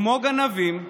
כמו גנבים,